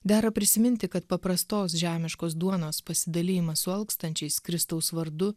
dera prisiminti kad paprastos žemiškos duonos pasidalijimas su alkstančiais kristaus vardu